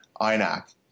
INAC